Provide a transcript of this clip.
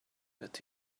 that